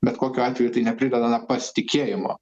bet kokiu atveju tai neprideda pasitikėjimo